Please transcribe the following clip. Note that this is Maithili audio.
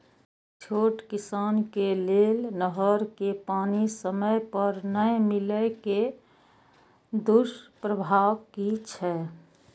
छोट किसान के लेल नहर के पानी समय पर नै मिले के दुष्प्रभाव कि छै?